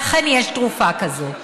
ואכן יש תרופה כזאת,